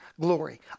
glory